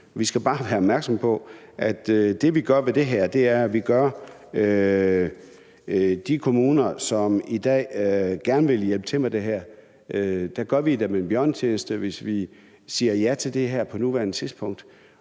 vi gør med det her, er, at vi gør de kommuner, som i dag gerne vil hjælpe til med det her, en bjørnetjeneste, hvis vi siger ja til det her på nuværende tidspunkt